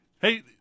Hey